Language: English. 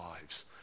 lives